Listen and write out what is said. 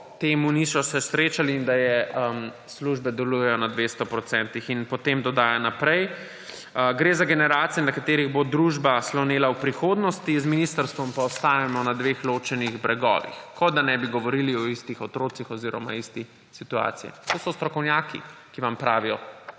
tem še niso srečali in da službe delujejo na 200 %. In potem dodaja naprej: »Gre za generacije, na katerih bo družba slonela v prihodnosti, z ministrstvom pa ostajamo na dveh ločenih bregovih, kot da ne bi govorili o istih otrocih oziroma isti situaciji.« To so strokovnjaki, ki vam pravijo,